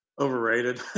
Overrated